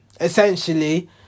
essentially